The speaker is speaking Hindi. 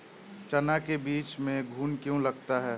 चना के बीज में घुन क्यो लगता है?